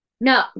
No